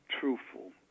truthful